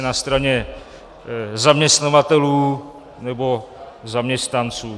Jestli na straně zaměstnavatelů, nebo zaměstnanců.